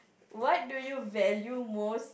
what do you value most